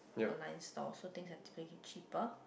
online stores so things have to make it cheaper